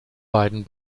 beiden